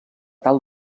tal